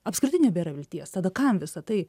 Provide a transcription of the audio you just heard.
apskritai nebėra vilties tada kam visa tai